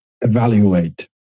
evaluate